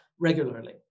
regularly